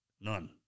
None